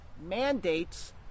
mandates